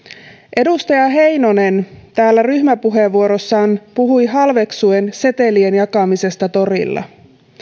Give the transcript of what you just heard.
edustaja heinonen täällä ryhmäpuheenvuorossaan puhui halveksuen setelien jakamisesta torilla